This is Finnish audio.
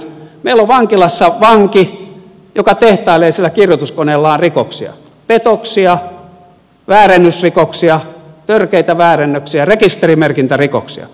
meillä on vankilassa vanki joka tehtailee siellä kirjoituskoneellaan rikoksia petoksia väärennysrikoksia törkeitä väärennöksiä rekisterimerkintärikoksia